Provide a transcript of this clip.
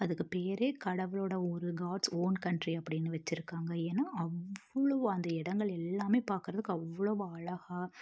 அதுக்கு பேரே கடவுளோட ஒரு காட்ஸ் ஓன் கண்ட்ரி அப்படின்னு வச்சிருக்காங்க ஏன்னா அவ்வளோ அந்த இடங்கள் எல்லாமே பார்க்குறதுக்கு அவ்வளவு அழகாக